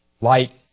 Light